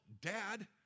Dad